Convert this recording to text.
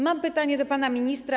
Mam pytanie do pana ministra.